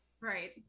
Right